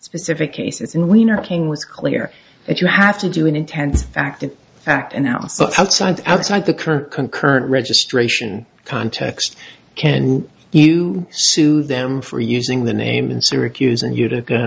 specific cases in wiener king was clear that you have to do an intense fact in fact in the house but outside outside the current concurrent registration context can you sue them for using the name in syracuse and utica